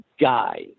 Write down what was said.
guy